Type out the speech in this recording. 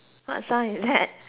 that